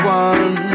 one